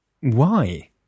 why